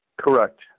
Correct